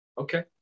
Okay